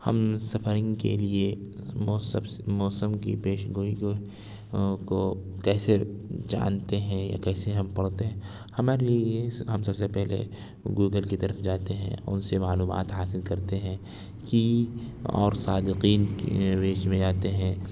ہم سفرنگ کے لیے موسب موسم کی پیشگوئی کو کو کیسے جانتے ہیں یا کیسے ہم پڑھتے ہیں ہمارے لیے یہ ہم سب سے پہلے گوگل کی طرف جاتے ہیں اور ان سے معلومات حاصل کرتے ہیں کہ اور صادقین کے میں جاتے ہیں